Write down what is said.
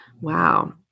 wow